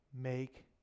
make